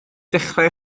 dechrau